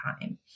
time